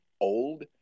old